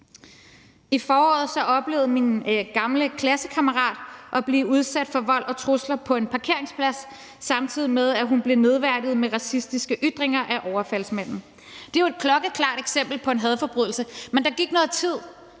I foråret oplevede min gamle klassekammerat at blive udsat for vold og trusler på en parkeringsplads, samtidig med at hun blev nedværdiget med racistiske ytringer af overfaldsmanden. Det er jo et klokkeklart eksempel på en hadforbrydelse, men der gik noget tid.